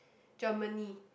Germany